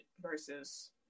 versus